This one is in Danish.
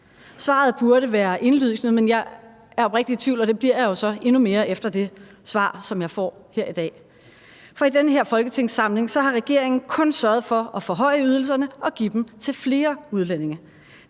Svaret burde være indlysende, men jeg er oprigtigt i tvivl, og det bliver jeg så endnu mere efter det svar, som jeg får her i dag, for i den her folketingssamling har regeringen kun sørget for at forhøje ydelserne og give dem til flere udlændinge.